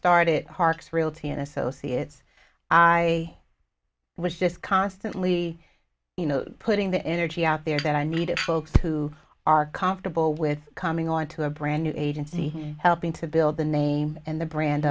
and associates i was just constantly you know putting the energy out there that i needed folks who are comfortable with coming on to a brand new agency helping to build the name and the brand